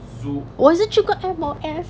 我也是去过 M_O_S